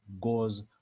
goes